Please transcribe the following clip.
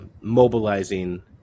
mobilizing